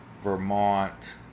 Vermont